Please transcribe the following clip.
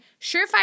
Surefire